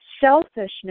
selfishness